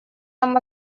нам